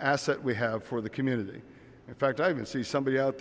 asset we have for the community in fact i can see somebody out